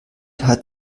hat